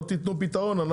לא תיתנו פתרון אנחנו